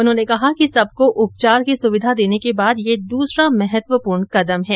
उन्होंने कहा सबको उपचार की सुविधा देने के बाद यह दूसरा महत्त्वपूर्ण कदम है